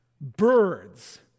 Birds